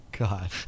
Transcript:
God